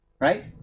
right